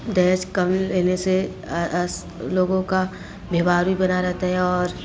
दहेज कम लेने से लोगों का व्यवहार भी बना रहता है और